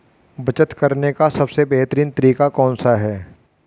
बचत करने का सबसे बेहतरीन तरीका कौन सा है?